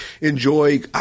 enjoy